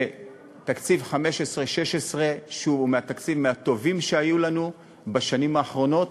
ותקציב 15' 16' הוא מהטובים שהיו לנו בשנים האחרונות.